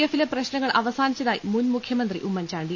A file പ്രശ്നങ്ങൾ അവസാനിച്ചതായി മുൻ മുഖ്യമന്ത്രി ഉമ്മൻചാ ണ്ടി